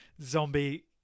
zombie